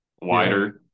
wider